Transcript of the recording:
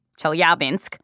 Chelyabinsk